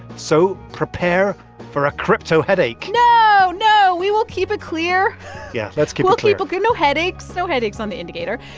so prepare for a crypto headache no, no. we will keep it clear yeah, let's keep it clear but no headaches. no headaches on the indicator.